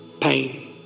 pain